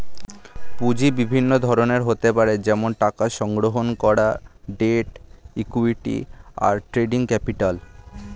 পুঁজি বিভিন্ন ধরনের হতে পারে যেমন টাকা সংগ্রহণ করা, ডেট, ইক্যুইটি, আর ট্রেডিং ক্যাপিটাল